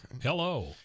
Hello